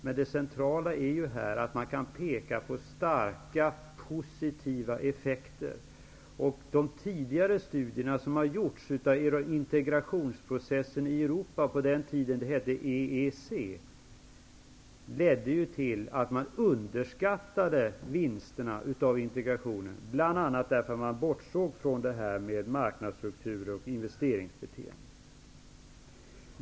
Men det centrala är att man kan peka på starka positiva effekter. De tidigare studier som har gjorts av integrationsprocessen i Europa, på den tiden det hette EEC, ledde till att man underskattade vinsterna av integrationen, bl.a. för att man bortsåg från marknadsstruktur och investeringsbeteende.